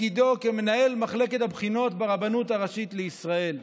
תפקידו כמנהל מחלקת הבחינות ברבנות הראשית לישראל.